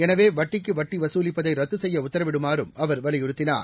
எனவே வட்டிக்கு வட்டி வசூலிப்பதை ரத்து செய்ய உத்தரவிடுமாறும் அவர் வலியுறுத்தினார்